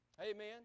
Amen